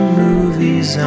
movies